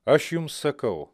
aš jums sakau